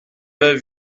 avait